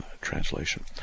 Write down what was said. translation